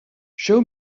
show